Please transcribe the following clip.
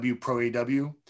pro-AW